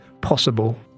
possible